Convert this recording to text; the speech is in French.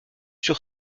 sur